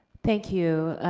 thank you.